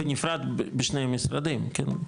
בנפרד בשני המשרדים כן?